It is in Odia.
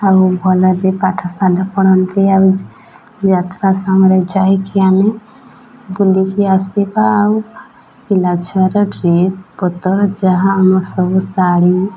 ଭଲ ବି ପାଠଶାଢ଼ ପଢ଼ନ୍ତି ଆଉ ଯାତ୍ରା ସମୟରେ ଯାଇକି ଆମେ ବୁଲିକି ଆସିବା ଆଉ ପିଲାଛୁଆର ଡ୍ରେସ୍ପତର ଯାହା ଆମର ସବୁ ଶାଢ଼ୀ